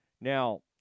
Now